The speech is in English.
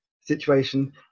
situation